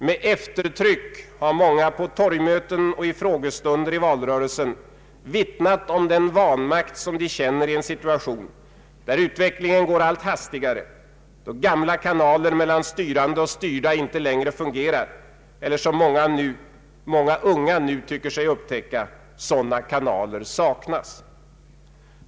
Med eftertryck har många på torgmöten och i frågestunder i valrörelsen vittnat om den vanmakt som de känner i en situation, då utvecklingen går allt hastigare, då gamla kanaler mellan styrande och styrda inte längre fungerar, eller som många unga nu tycker sig upptäcka: sådana kanaler saknas.